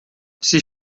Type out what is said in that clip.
sie